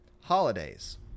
holidays